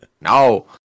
No